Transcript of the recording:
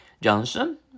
Johnson